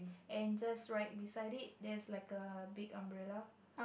and just right beside it there's like a big umbrella